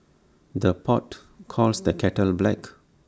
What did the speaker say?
the pot calls the kettle black